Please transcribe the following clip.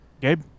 Gabe